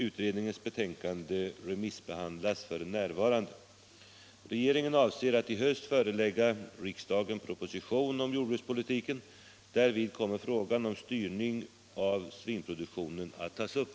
Utredningens betänkande remissbehandlas f.n. Regeringen avser att i höst förelägga riksdagen proposition om jordbrukspolitiken. Därvid kommer frågan om styrning av svinproduktionen att tas upp.